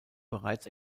bereits